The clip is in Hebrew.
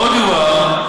עוד יובהר,